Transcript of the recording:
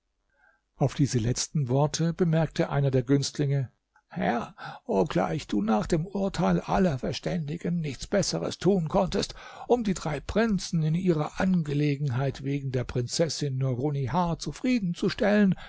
auf diese letzten worte bemerkte einer der günstlinge herr obgleich du nach dem urteil aller verständigen nichts besseres tun konntest um die drei prinzen in ihrer angelegenheit wegen der prinzessin nurunnihar zufrieden zu stellen